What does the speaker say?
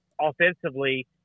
offensively